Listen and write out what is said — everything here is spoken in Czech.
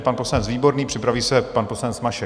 Pan poslanec Výborný, připraví se pan poslanec Mašek.